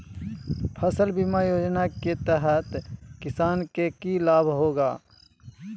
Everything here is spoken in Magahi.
फसल बीमा योजना के तहत किसान के की लाभ होगा?